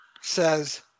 says